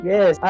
Yes